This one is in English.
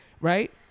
right